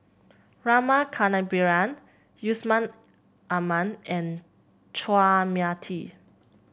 Rama Kannabiran Yusman Aman and Chua Mia Tee